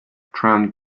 tramp